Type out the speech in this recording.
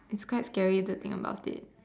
it's quite scary to think about it